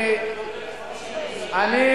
לא נגדך, אתה זורק כל מיני מושגים.